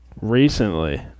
Recently